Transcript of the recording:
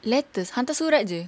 letters hantar surat jer